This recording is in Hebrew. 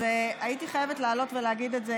אז הייתי חייבת לעלות ולהגיד את זה,